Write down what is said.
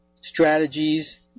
strategies